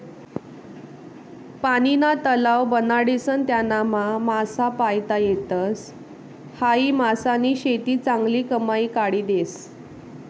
पानीना तलाव बनाडीसन त्यानामा मासा पायता येतस, हायी मासानी शेती चांगली कमाई काढी देस